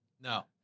No